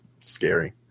scary